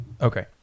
Okay